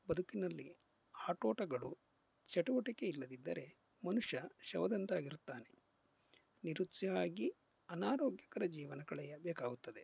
ಬದುಕಿನಲ್ಲಿ ಆಟೋಟಗಳು ಚಟುವಟಿಕೆ ಇಲ್ಲದಿದ್ದರೆ ಮನುಷ್ಯ ಶವದಂತಾಗಿರುತ್ತಾನೆ ನಿರುತ್ಸಿಯಾಗಿ ಅನಾರೋಗ್ಯಕರ ಜೀವನ ಕಳೆಯ ಬೇಕಾಗುತ್ತದೆ